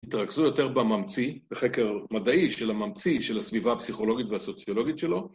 תתרכזו יותר בממציא, בחקר מדעי של הממציא של הסביבה הפסיכולוגית והסוציולוגית שלו